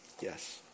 Yes